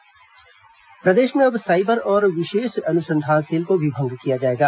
cyber cell भंग प्रदेश में अब साइबर और विशेष अनुसंधान सेल को भी भंग किया जाएगा